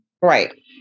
Right